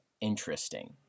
interesting